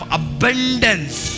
abundance